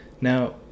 Now